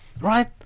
right